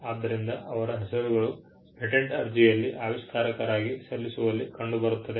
ಆದ್ದರಿಂದ ಅವರ ಹೆಸರುಗಳು ಪೇಟೆಂಟ್ ಅರ್ಜಿಯಲ್ಲಿ ಆವಿಷ್ಕಾರಕರಾಗಿ ಸಲ್ಲಿಸುವಲ್ಲಿ ಕಂಡುಬರುತ್ತವೆ